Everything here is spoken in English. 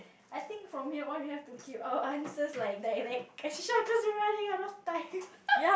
I think from here all we have to keep our answers like direct and short cause we're running out of time